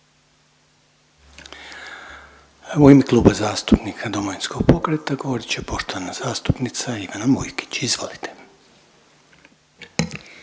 U ime Kluba zastupnika Domovinskog pokreta govorit će poštovana zastupnica Ivana Mujkić. Izvolite.